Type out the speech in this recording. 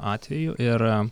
atvejų ir